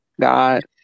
God